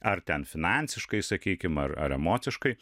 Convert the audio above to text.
ar ten finansiškai sakykim ar emociškai